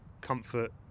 comfort